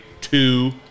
two